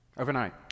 overnight